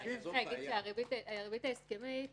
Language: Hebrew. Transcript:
צריך להגיד שהריבית ההסכמית